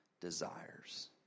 desires